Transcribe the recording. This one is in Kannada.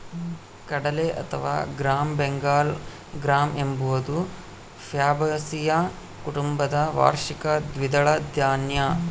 ಕಡಲೆ ಅಥವಾ ಗ್ರಾಂ ಬೆಂಗಾಲ್ ಗ್ರಾಂ ಎಂಬುದು ಫ್ಯಾಬಾಸಿಯ ಕುಟುಂಬದ ವಾರ್ಷಿಕ ದ್ವಿದಳ ಧಾನ್ಯ